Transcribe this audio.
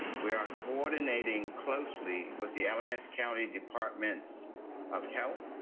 we are coordinating closely with the alamance county departments of health,